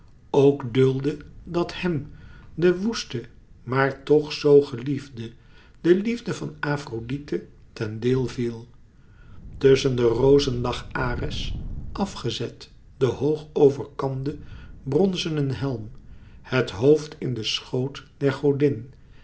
ook duldde dat hèm den woeste maar tch zoo geliefde de liefde van afrodite ten deel viel tusschen de rozen lag ares af gezet den hoog overkamden bronzenen helm het hoofd in den schoot der godin